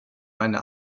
meine